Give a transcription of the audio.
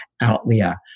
outlier